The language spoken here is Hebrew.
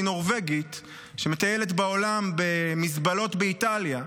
היא נורבגית שמטיילת בעולם במזבלות באיטליה.